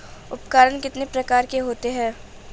उपकरण कितने प्रकार के होते हैं?